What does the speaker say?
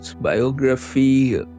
biography